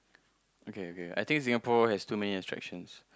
okay okay I think Singapore has too many attractions